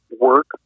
work